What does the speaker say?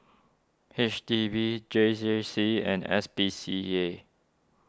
H D B J J C and S P C A